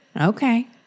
Okay